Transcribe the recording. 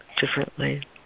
differently